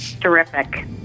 terrific